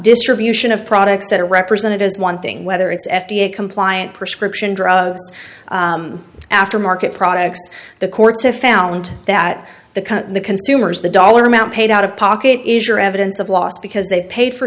distribution of products that are represented as one thing whether it's f d a compliant prescription drugs after market products the courts have found that the consumers the dollar amount paid out of pocket is your evidence of loss because they paid for